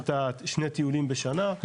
יש שני טיולים בשנה,